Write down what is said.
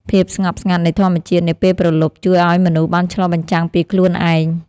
ភាពស្ងប់ស្ងាត់នៃធម្មជាតិនាពេលព្រលប់ ជួយឱ្យមនុស្សបានឆ្លុះបញ្ចាំងពីខ្លួនឯង។